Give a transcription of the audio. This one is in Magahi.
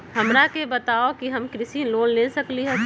हमरा के बताव कि हम कृषि लोन ले सकेली की न?